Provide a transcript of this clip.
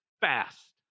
fast